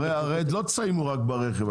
הרי לא תסיימו רק ברכב,